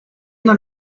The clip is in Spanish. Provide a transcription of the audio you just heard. una